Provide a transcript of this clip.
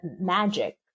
magic